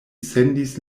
sendis